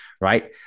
right